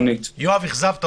יואב, אכזבת אותנו.